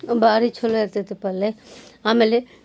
ಬಾರಿ ಛಲೋ ಇರ್ತೈತಿ ಪಲ್ಲೆ ಆಮೇಲೆ